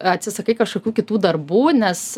atsisakai kažkokių kitų darbų nes